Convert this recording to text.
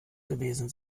gewesen